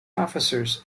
officers